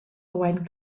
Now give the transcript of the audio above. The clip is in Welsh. owain